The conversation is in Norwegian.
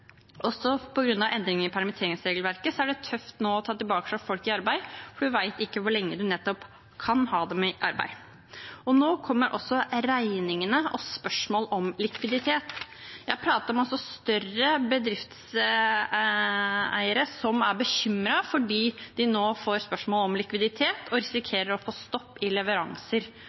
Også på grunn av endringer i permitteringsregelverket er det nå tøft å ta folk tilbake i arbeid, for man vet ikke hvor lenge man kan ha dem i arbeid. Nå kommer også regningene og spørsmål om likviditet. Jeg har pratet med også større bedriftseiere som er bekymret fordi de nå får spørsmål om likviditet og risikerer å få stopp i leveranser.